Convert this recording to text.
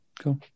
Cool